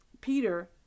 peter